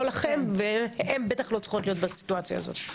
בטח לא לכם והם בטח לא צריכות להיות בסיטואציה הזאת.